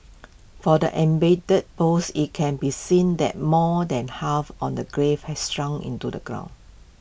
for the embedded post IT can be seen that more than half on the grave had sunk into the ground